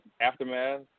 Aftermath